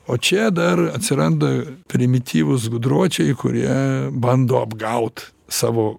o čia dar atsiranda primityvūs gudročiai kurie bando apgaut savo